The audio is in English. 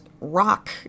rock